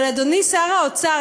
אבל אדוני שר האוצר,